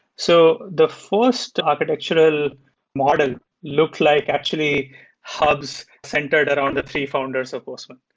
so the first architectural model looked like actually have centered around the three founders of postman.